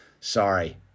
Sorry